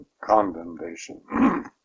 condemnation